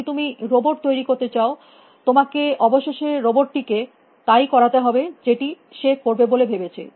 যদি তুমি রোবট তৈরী করতে চাও তোমাকে অবশেষে রোবট টিকে তাই করাতে হবে যেটি সে করবে বলে ভেবেছে